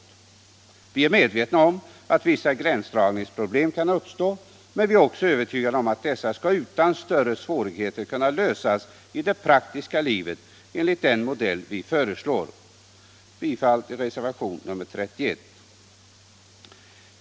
Vi är medvetna om att vissa gränsdragningsproblem kan uppstå, men vi är också övertygade om att dessa utan större s i det praktiska livet enligt den modell vi svårigheter skall kunna lös: föreslår. Jag yrkar bifall till reservationen 31.